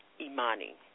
Imani